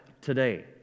today